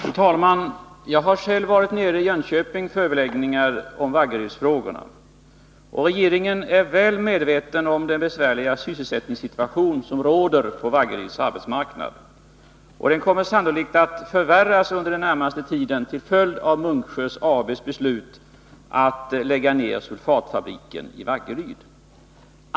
Fru talman! Jag har själv varit nere i Jönköping för överläggningar om Vaggerydsfrågorna. Regeringen är väl medveten om den besvärliga sysselsättningssituation som råder på Vaggeryds arbetsmarknad. Den kommer sannolikt att förvärras under den närmaste tiden till följd av Munksjö AB:s beslut att lägga ner sulfatfabriken i Vaggeryd.